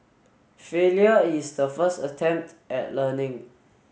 failure is the first attempt at learning